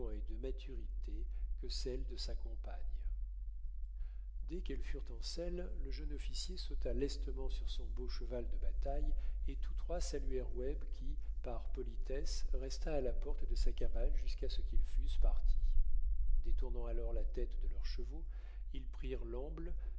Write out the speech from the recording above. et de maturité que celle de sa compagne dès qu'elles furent en selle le jeune officier sauta lestement sur son beau cheval de bataille et tous trois saluèrent webb qui par politesse resta à la porte de sa cabane jusqu'à ce qu'ils fussent partis détournant alors la tête de leurs chevaux ils prirent l'amble